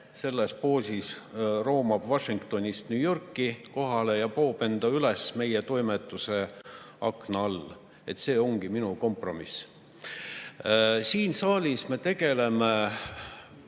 roomab niimoodi Washingtonist New Yorki kohale ja poob enda üles meie toimetuse akna all. See ongi minu kompromiss. Siin saalis me tegeleme